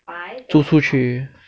租出去